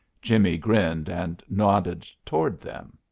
jimmie grinned and nodded toward them.